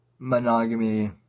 monogamy